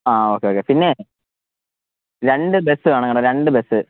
ആ okay okay പിന്നെ രണ്ട് ബസ്സ് വേണം കേട്ടോ രണ്ട് ബസ്സ്